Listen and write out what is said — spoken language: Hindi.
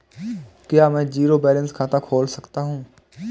क्या मैं ज़ीरो बैलेंस खाता खोल सकता हूँ?